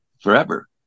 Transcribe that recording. forever